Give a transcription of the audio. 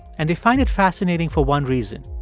and they find it fascinating for one reason.